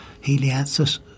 Helianthus